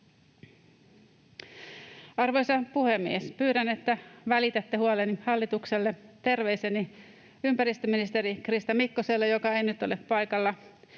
Arvoisa puhemies! Pyydän, että välitätte huoleni hallitukselle, terveiseni ympäristöministeri Krista Mikkoselle, joka ei nyt ole paikalla: